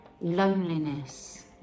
loneliness